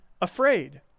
afraid